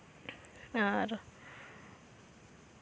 ᱟᱨ